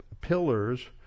pillars